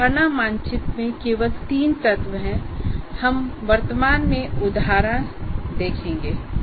अवधारणा मानचित्र में केवल 3 तत्व हैं हम वर्तमान में उदाहरण देखेंगे